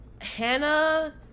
Hannah